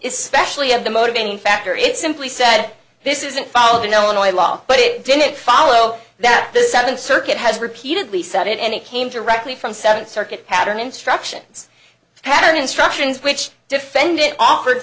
especially of the motivating factor it simply said this isn't followed in illinois law but it didn't follow that the seventh circuit has repeatedly said it and it came directly from seven circuit pattern instructions pattern instructions which defendant offered